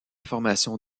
formation